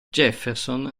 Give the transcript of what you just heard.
jefferson